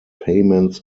payments